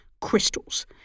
crystals